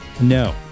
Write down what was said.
no